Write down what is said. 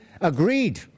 agreed